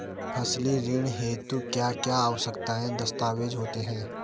फसली ऋण हेतु क्या क्या आवश्यक दस्तावेज़ होते हैं?